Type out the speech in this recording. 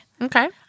Okay